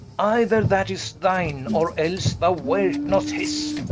either that is thine, or else thou wer't not his.